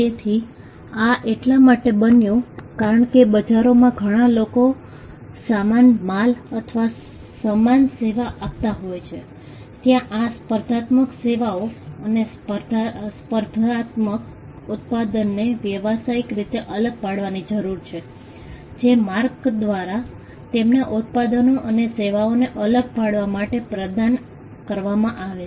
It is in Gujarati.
તેથી આ એટલા માટે બન્યું કારણ કે બજારોમાં ઘણા લોકો સમાન માલ અથવા સમાન સેવા આપતા હોય છે ત્યાં આ સ્પર્ધાત્મક સેવાઓ અને સ્પર્ધાત્મક ઉત્પાદનને વ્યવસાયિક રીતે અલગ પાડવાની જરૂર છે જે માર્ક દ્વારા તેમના ઉત્પાદનો અને સેવાઓને અલગ પાડવા માટે પ્રદાન કરવામાં આવે છે